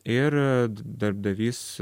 ir darbdavys